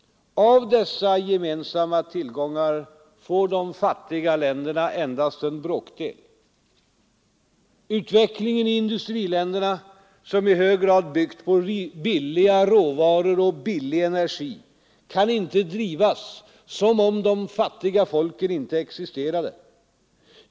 Av dessa gemensamma tillgångar får de fattiga länderna endast en bråkdel. Utvecklingen i industriländerna som i hög grad byggt på billiga råvaror och billig energi kan inte drivas som om de fattiga folken inte existerade.